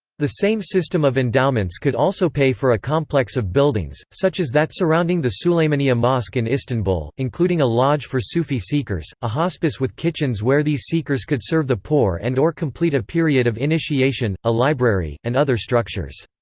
the same system of endowments could also pay for a complex of buildings, such as that surrounding the suleymaniye mosque in istanbul, including a lodge for sufi seekers, a hospice with kitchens where these seekers could serve the poor and or complete a period of initiation, a library, and other structures.